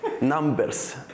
numbers